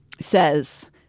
says